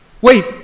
Wait